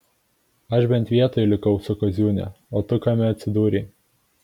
aš bent vietoj likau su kaziūne o tu kame atsidūrei